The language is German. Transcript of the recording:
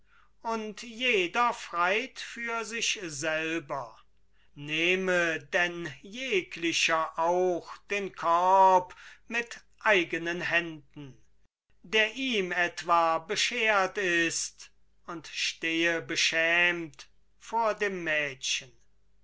und jeder freit für sich selber nehme denn jeglicher auch den korb mit eigenen händen der ihm etwa beschert ist und stehe beschämt vor dem mädchen